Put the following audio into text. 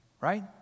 right